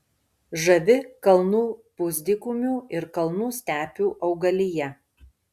žavi kalnų pusdykumių ir kalnų stepių augalija